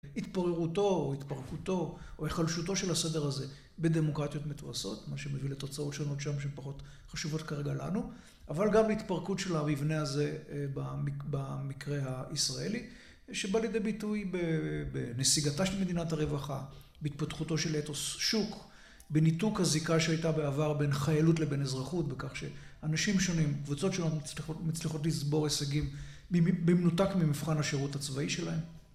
התפוררותו או התפרקותו או החלשותו של הסדר הזה בדמוקרטיות מתועשות, מה שמביא לתוצאות שונות שם שפחות חשובות כרגע לנו, אבל גם התפרקות של המבנה הזה במקרה הישראלי, שבא לידי ביטוי בנסיגתה של מדינת הרווחה, בהתפתחותו של אתוס שוק, בניתוק הזיקה שהייתה בעבר בין חיילות לבין אזרחות, בכך שאנשים שונים, קבוצות שונות, מצליחות לצבור הישגים במנותק ממבחן השירות הצבאי שלהם.